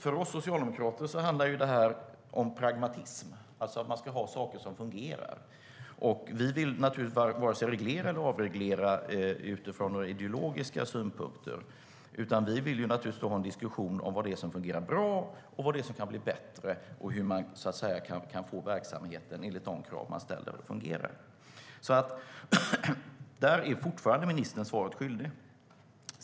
För oss socialdemokrater handlar det om pragmatism, alltså att man ska ha saker som fungerar. Vi vill varken reglera eller avreglera utifrån ideologiska synpunkter, utan vi vill ha en diskussion om vad som fungerar bra, vad som kan bli bättre och hur man kan få verksamheten att fungera enligt de krav man ställer. Där är ministern fortfarande svaret skyldig.